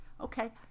okay